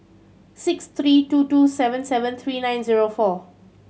six three two two seven seven three nine zero four